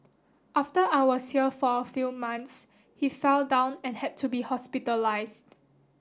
after I was here for a few months he fell down and had to be hospitalised